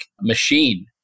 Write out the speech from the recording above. machine